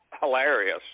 hilarious